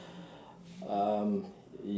um